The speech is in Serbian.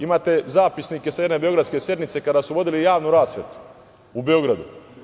Imate zapisnike sa jedne beogradske sednice, kada su vodili javnu raspravu u Beogradu.